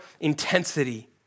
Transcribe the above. intensity